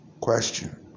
Question